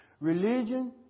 Religion